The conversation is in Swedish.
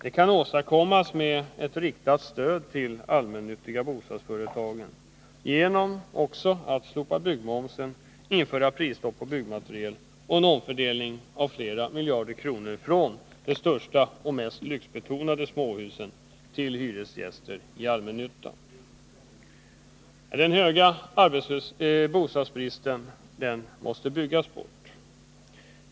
Det kan åstadkommas med ett riktat stöd till de allmännyttiga bostadsföretagen, genom att slopa byggmomsen och införa prisstopp på byggmaterial och genom en omfördelning av flera miljarder kronor från de största och mest lyxbetonade småhusen till hyresgäster i allmännyttan. Den stora bostadsbristen måste byggas bort.